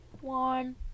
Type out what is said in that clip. one